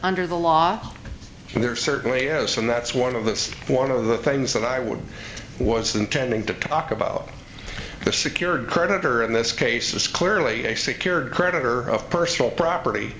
under the law and there certainly is some that's one of it's one of the things that i would was intending to talk about the secured creditor in this case is clearly a secured creditor of personal property